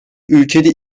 ülkede